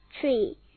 tree